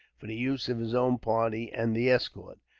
for the use of his own party and the escort.